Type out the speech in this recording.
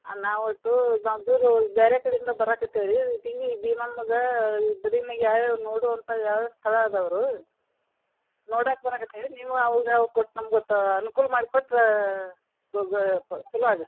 ನಾವು ಟೂ ಬ್ಯಾರೆ ಕಡೆಯಿಂದ ಬರಾಕತ್ತೀವಿ ರೀ ಇಟ್ಗಿ ಬೀಮಮ್ಮಂಗೆ ಗುಡಿನಾಗೆ ಯಾವ ಯಾವ ನೋಡುವಂಥ ಸ್ಥಳ ಅದಾವ್ರೂ ನೋಡಾಕೆ ಬರಾಕತ್ತೀವಿ ನೀವು ಅವ್ರು ಕೊಟ್ಟು ನಮ್ಗೆ ತಾ ಅನುಕೂಲ ಮಾಡ್ಕೊಟ್ರಾ ಚಲೋ ಆಗತ್